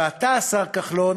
ואתה, השר כחלון,